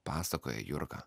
pasakoja jurga